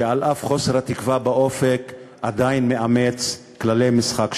שעל אף חוסר התקווה באופק עדיין מאמץ כללי משחק שפויים.